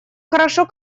хорошо